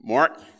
Mark